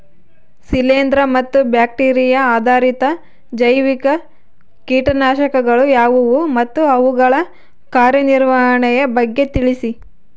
ಶಿಲೇಂದ್ರ ಮತ್ತು ಬ್ಯಾಕ್ಟಿರಿಯಾ ಆಧಾರಿತ ಜೈವಿಕ ಕೇಟನಾಶಕಗಳು ಯಾವುವು ಮತ್ತು ಅವುಗಳ ಕಾರ್ಯನಿರ್ವಹಣೆಯ ಬಗ್ಗೆ ತಿಳಿಸಿ?